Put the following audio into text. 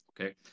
okay